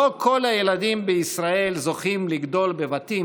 לא כל הילדים בישראל זוכים לגדול בבתים